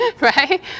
right